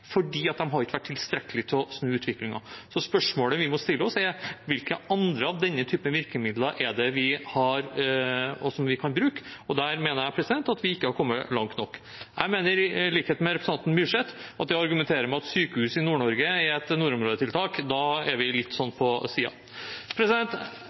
har ikke vært tilstrekkelige til å snu utviklingen. Spørsmålet vi må stille oss, er: Hvilke andre av denne type virkemidler er det vi har og kan bruke? Der mener jeg at vi ikke har kommet langt nok. Jeg mener i likhet med representanten Myrseth at å argumentere med at sykehus i Nord-Norge er et nordområdetiltak, er litt sånn